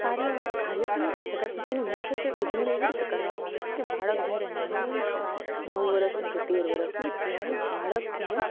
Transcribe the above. કાર્ય કાર્ય તો ન કહી શકાય પણ તેની મુખ્યત્ત્વે ઉજવણી એવી રીતે કરવામાં આવે છે કે બાળક જ્યારે નાનું હોય છે નવ વર્ષનું કે તેર વર્ષનું ત્યારે બાળકને